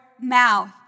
mouth